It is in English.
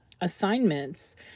assignments